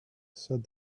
said